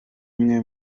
imwe